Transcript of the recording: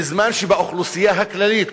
בזמן שבאוכלוסייה הכללית,